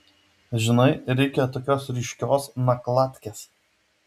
žinai reikia tokios ryškios nakladkės